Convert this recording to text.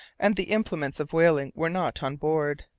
and the implements of whaling were not on board.